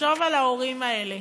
לחשוב על ההורים האלה.